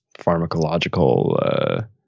pharmacological